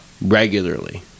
regularly